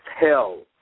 Hell